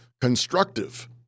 constructive